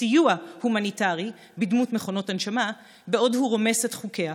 סיוע הומניטרי בדמות מכונות הנשמה בעוד הוא רומס את חוקיה.